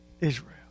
Israel